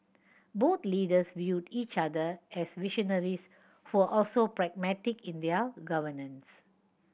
both leaders viewed each other as visionaries who also pragmatic in their governance